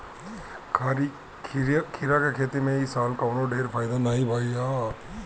खीरा के खेती में इ साल कवनो ढेर फायदा नाइ भइल हअ